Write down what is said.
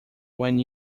when